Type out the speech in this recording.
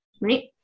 right